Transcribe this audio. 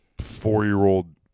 four-year-old